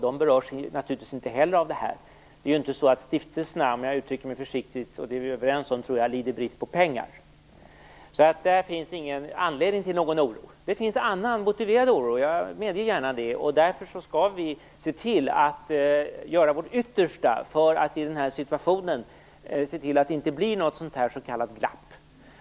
De berörs inte heller av det här. Om jag uttrycker mig försiktigt, lider stiftelserna inte brist på pengar. Det tror jag att vi kan vara överens om. Det finns inte någon anledning till oro där. Jag medger däremot att det finns en annan oro. Vi skall därför göra vårt yttersta för att i den här situationen se till att det inte blir något s.k. glapp.